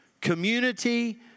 community